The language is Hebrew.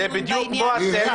הוועדה